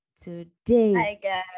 today